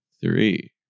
Three